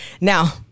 Now